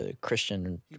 Christian